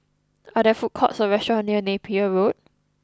are there food courts or restaurants near Napier Road